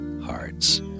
hearts